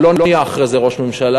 הוא לא נהיה אחרי זה ראש הממשלה,